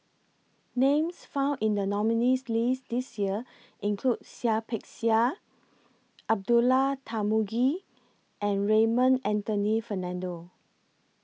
Names found in The nominees' list This Year include Seah Peck Seah Abdullah Tarmugi and Raymond Anthony Fernando